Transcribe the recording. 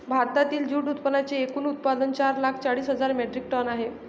भारतातील जूट उत्पादनांचे एकूण उत्पादन चार लाख चाळीस हजार मेट्रिक टन आहे